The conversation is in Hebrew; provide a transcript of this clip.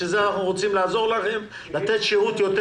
לכן אנחנו רוצים לעזור לכם לתת שירות יותר